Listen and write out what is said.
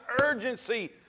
urgency